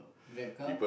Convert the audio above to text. grab car